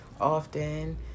Often